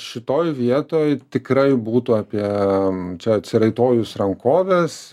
šitoj vietoj tikrai būtų apie čia atsiraitojus rankoves